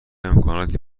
امکاناتی